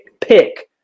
pick—